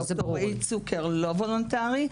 ד"ר רועי צוקר לא וולונטארי.